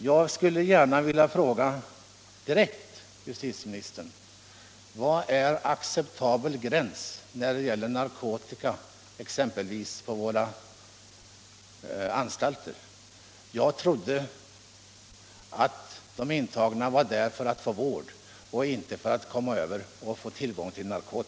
Jag skulle gärna vilja fråga justitieministern direkt: Vad är acceptabel gräns när det gäller narkotika på våra anstalter? Jag trodde att de intagna befann sig där för att få vård och inte för att få tillgång till narkotika.